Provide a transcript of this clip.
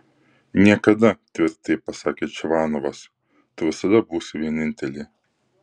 niekada tvirtai pasakė čvanovas tu visada būsi vienintelė